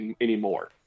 anymore